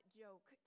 joke